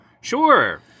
Sure